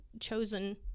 chosen